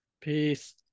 peace